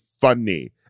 funny